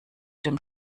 dem